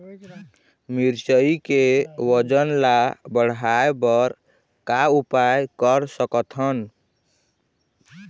मिरचई के वजन ला बढ़ाएं बर का उपाय कर सकथन?